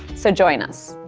so join us.